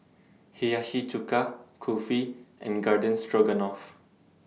Hiyashi Chuka Kulfi and Garden Stroganoff